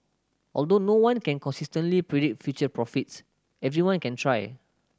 although no one can consistently predict future profits everyone can try